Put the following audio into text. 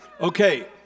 Okay